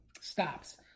stops